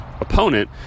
opponent